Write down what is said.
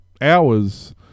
hours